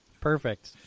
Perfect